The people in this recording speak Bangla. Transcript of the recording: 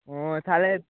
ও তাহলে